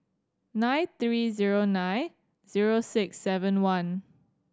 nine three zero nine zero six seven one